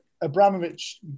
Abramovich